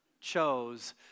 chose